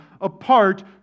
apart